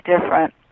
different